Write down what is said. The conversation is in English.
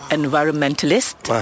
environmentalist